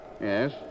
Yes